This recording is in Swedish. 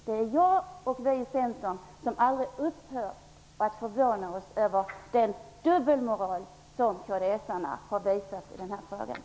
Det är jag och vi i Centern som inte upphör att förvånas över den dubbelmoral som kds visar i den här frågan.